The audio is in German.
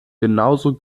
genauso